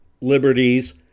liberties